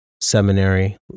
seminary